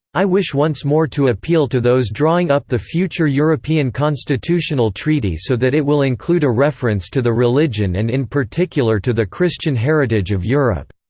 i wish once more to appeal to those drawing up the future european constitutional treaty so that it will include a reference to the religion and in particular to the christian heritage of europe,